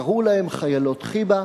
קראו להן חיילות חיב"ה.